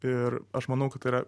ir aš manau kad tai yra